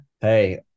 hey